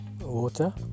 water